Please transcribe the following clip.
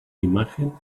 imagen